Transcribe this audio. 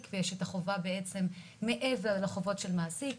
ויש את החובה שהיא מעבר לחובות של מעסיק,